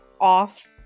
off